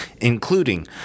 including